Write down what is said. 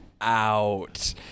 out